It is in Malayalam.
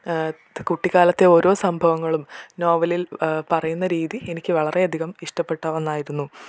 കുട്ടിക്കാലത്തെ ഓരോ സംഭവങ്ങളും നോവലിൽ പറയുന്ന രീതി എനിക്ക് വളരെ അധികം ഇഷ്ടപ്പെട്ട ഒന്നായിരുന്നു